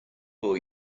four